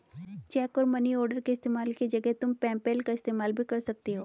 check और money order के इस्तेमाल की जगह तुम पेपैल का इस्तेमाल भी कर सकती हो